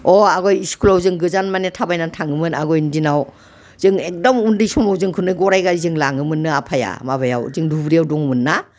अ आगय स्कुलाव जों गोजान माने थाबायनानै थाङोमोन आगयनि दिनाव जों एखदम उन्दै समाव जोंखौनो गराइ गारिजों लाङोमोननो आफाया माबायाव जों दुब्रियाव दंमोनना